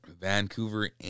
Vancouver